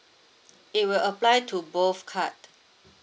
it will apply to both card